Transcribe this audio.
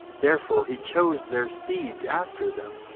therefore he chose their seed after them,